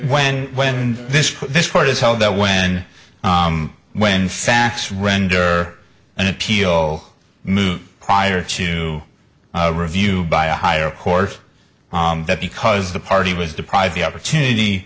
when when this this court is held that when when facts render an appeal moot prior to review by a higher court that because the party was deprived the opportunity